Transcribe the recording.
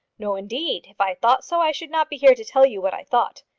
no, indeed. if i thought so, i should not be here to tell you what i thought.